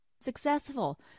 Successful